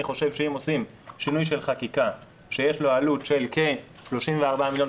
אני חושב שאם עושים שינוי של חקיקה שיש לו עלות של כ-34 מיליון,